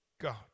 God